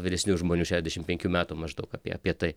vyresnių žmonių šešiasdešim penkių metų maždaug apie apie tai